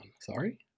Sorry